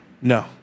No